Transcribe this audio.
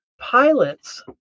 pilots